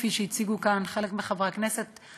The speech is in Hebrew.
כפי שהציגו כאן חלק מהחברי הכנסת,